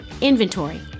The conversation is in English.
inventory